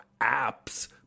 apps